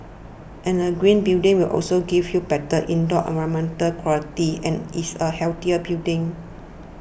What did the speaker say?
and a green building will also give you better indoor environmental quality and is a healthier building